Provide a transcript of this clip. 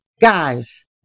Guys